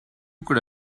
could